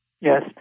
Yes